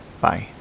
Bye